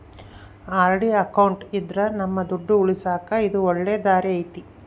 RD account ಇದ್ರ ನಮ್ ದುಡ್ಡು ಉಳಿಸಕ ಇದು ಒಳ್ಳೆ ದಾರಿ ಐತಿ